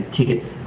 Tickets